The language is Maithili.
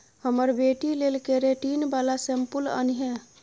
हमर बेटी लेल केरेटिन बला शैंम्पुल आनिहे